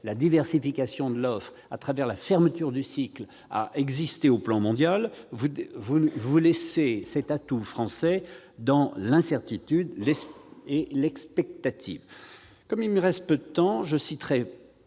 la diversification de l'offre et la fermeture du cycle, à exister sur le plan mondial, vous laissez cet atout français dans l'incertitude et l'expectative. Comme il me reste peu de temps, je citerai,